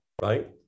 Right